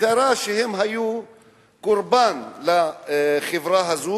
פריצות לדירות,